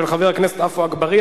של חבר הכנסת עפו אגבאריה,